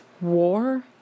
war